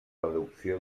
reducció